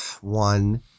one